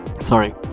Sorry